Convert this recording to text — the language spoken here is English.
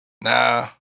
Nah